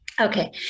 Okay